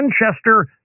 Manchester